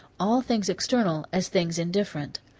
all things external as things indifferent.